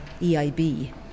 EIB